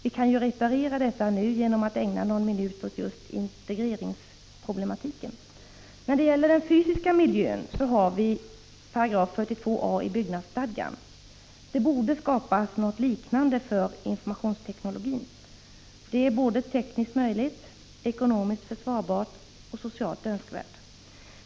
Vi kan ju reparera detta nu genom att ägna någon minut åt just integreringsproblematiken. När det gäller den fysiska miljön har vi 42 a § i byggnadsstadgan. Det borde skapas något liknande för informationsteknologin. Det är både tekniskt möjligt, ekonomiskt försvarbart och socialt önskvärt.